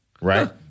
Right